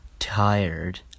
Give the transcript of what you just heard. tired